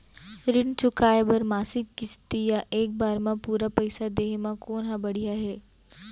ऋण चुकोय बर मासिक किस्ती या एक बार म पूरा पइसा देहे म कोन ह बढ़िया हे?